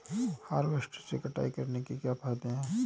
Harvester से कटाई करने से क्या फायदा है?